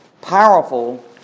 powerful